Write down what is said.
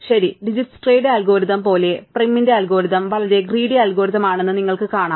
ശരി ഡിജ്ക്സ്ട്രയുടെ അൽഗോരിതംDijkstras Algorithm പോലെ പ്രൈമിന്റെ അൽഗോരിതം വളരെ ഗ്രീഡി അൽഗോരിതം ആണെന്ന് നിങ്ങൾക്ക് കാണാം